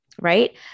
right